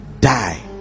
die